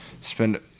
Spend